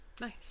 Nice